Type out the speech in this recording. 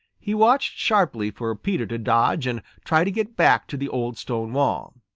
he watched sharply for peter to dodge and try to get back to the old stone wall.